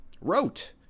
wrote